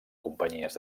companyies